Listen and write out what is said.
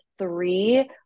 three